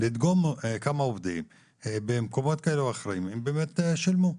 לדגום כמה עובדים במקומות כאלה ואחרים האם באמת שילמו.